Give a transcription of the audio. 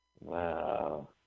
Wow